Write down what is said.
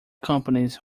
companies